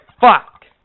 fuck